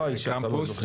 איך אתה לא זוכר,